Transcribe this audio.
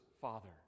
Father